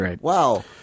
Wow